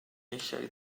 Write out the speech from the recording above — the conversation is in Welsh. eisiau